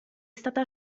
stata